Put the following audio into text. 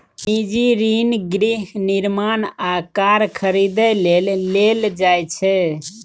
निजी ऋण गृह निर्माण आ कार खरीदै लेल लेल जाइ छै